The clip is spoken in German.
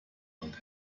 und